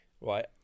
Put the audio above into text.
right